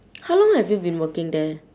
how long have you been working there